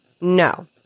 No